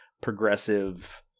progressive